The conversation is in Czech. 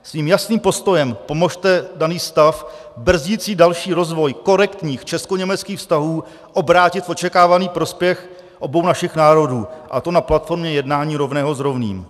Svým jasným postojem pomozte daný stav brzdící další rozvoj korektních českoněmeckých vztahů obrátit v očekávaný prospěch obou našich národů, a to na platformě jednání rovného s rovným.